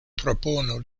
propono